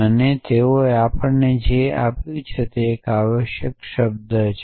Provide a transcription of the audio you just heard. અને તેઓએ આપણને જે આપ્યું તે એક આવશ્યક શબ્દ છે